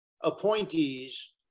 appointees